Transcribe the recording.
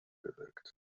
bewirkt